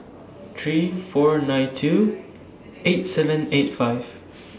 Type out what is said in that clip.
three four nine two eight seven eight five